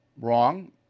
wrong